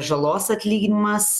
žalos atlyginimas